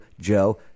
Joe